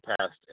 past